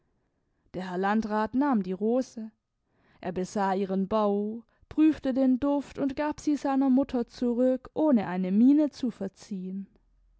der herr landrat nahm die rose er besah ihren bau prüfte den duft und gab sie seiner mutter zurück ohne eine miene zu verziehen